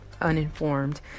uninformed